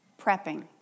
prepping